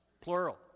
plural